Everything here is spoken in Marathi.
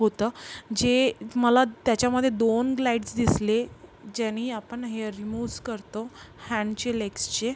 होतं जे मला त्याच्यामध्ये दोन ग्लाईड्स दिसले ज्यांनी आपण हेअर रीमूव्स करतो हँडचे लेक्सचे